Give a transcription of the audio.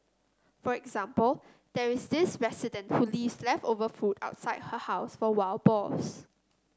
for example there is this resident who leaves leftover food outside her house for wild boars